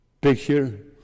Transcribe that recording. picture